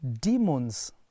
Demons